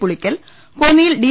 പുളിക്കൽ കോന്നിയിൽ ഡി